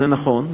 זה נכון,